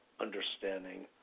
understanding